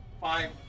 five